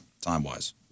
time-wise